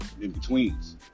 in-betweens